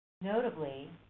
Notably